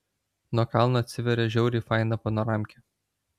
nuo kalno atsiveria žiauriai faina panoramkė